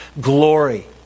glory